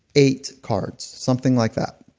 eight cards. something like that.